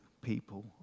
people